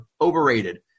Overrated